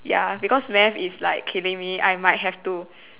ya because math is like killing me I might have to